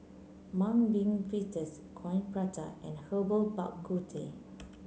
Mung Bean Fritters Coin Prata and Herbal Bak Ku Teh